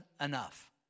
enough